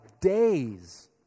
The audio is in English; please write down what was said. days